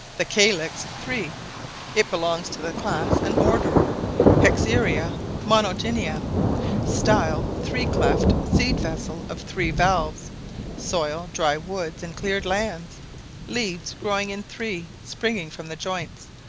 the calix three it belongs to the class and order hexandria monogynia style, three-cleft seed-vessel of three valves soil, dry woods and cleared lands leaves growing in three, springing from the joints,